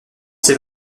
ces